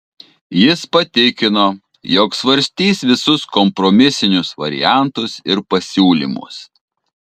jis patikino jog svarstys visus kompromisinius variantus ir pasiūlymus